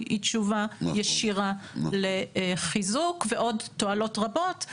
היא תשובה ישירה לחיזוק ועוד תועלות רבות.